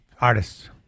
artists